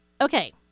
Okay